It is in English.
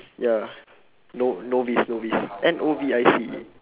ya no~ novice novice N O V I C E